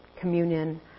communion